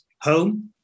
home